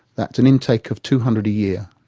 that's an intake of two hundred a year,